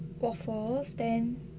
waffles then